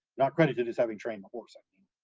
not credited as having trained the horse, i mean.